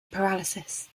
paralysis